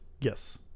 Yes